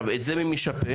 את זה מי משפה?